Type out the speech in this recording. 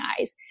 eyes